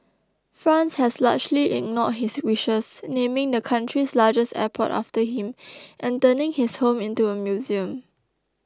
France has largely ignored his wishes naming the country's largest airport after him and turning his home into a museum